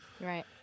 Right